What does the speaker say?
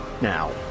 Now